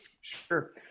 Sure